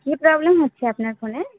কী problem হচ্ছে আপনার ফোনে